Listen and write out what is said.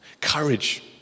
courage